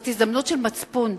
זו הזדמנות של מצפון.